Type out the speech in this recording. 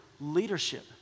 leadership